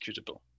executable